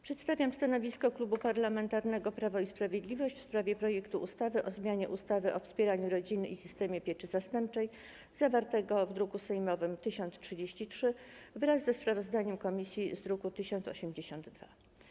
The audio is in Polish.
Przedstawiam stanowisko Klubu Parlamentarnego Prawo i Sprawiedliwość wobec projektu ustawy o zmianie ustawy o wspieraniu rodziny i systemie pieczy zastępczej, zawartego w druku sejmowym nr 1033, wraz ze sprawozdaniem komisji z druku nr 1082.